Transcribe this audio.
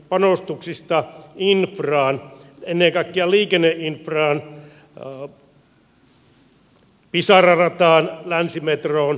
panostuksista infraan ennen kaikkea liikenneinfraan pisara rataan länsimetroon